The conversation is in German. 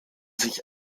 sich